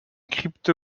crypto